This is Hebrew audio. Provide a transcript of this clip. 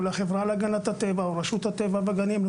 לחברה להגנת הטבע או לרשות הטבע והגנים.